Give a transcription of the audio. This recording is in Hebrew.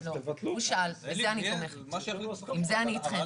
עם זה אני אתכם.